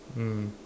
mm